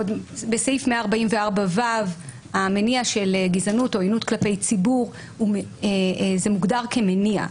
בעוד שבסעיף 144ו המניע של גזענות או עוינות כלפי ציבור מוגדר כמניע,